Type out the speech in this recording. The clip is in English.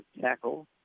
tackle